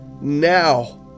now